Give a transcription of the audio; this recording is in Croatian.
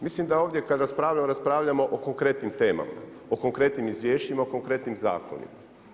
Mislim da ovdje kad raspravljamo, raspravljamo o konkretnim temama, o konkretnim izvješćima o konkretnim zakonima.